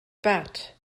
bat